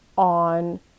on